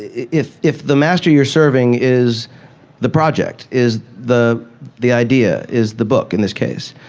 if if the master you're serving is the project, is the the idea, is the book, in this case,